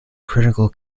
critical